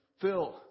Phil